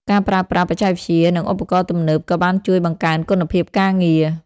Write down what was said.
ការប្រើប្រាស់ បច្ចេកវិទ្យា និងឧបករណ៍ទំនើបក៏បានជួយបង្កើនគុណភាពការងារ។